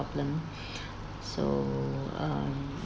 problem so um